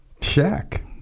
Check